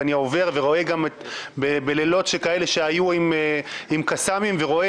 עברתי בלילות שכאלה שהיו בהם קסאמים וראיתי